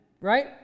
right